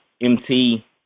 MT